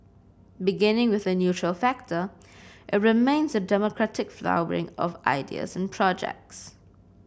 beginning with a neutral facilitator it remains a democratic flowering of ideas and projects